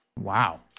Wow